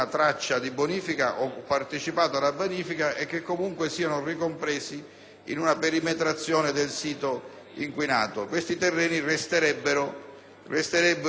in una perimetrazione del sito inquinato. Questi terreni resterebbero in un limbo, non sapendo se, una volta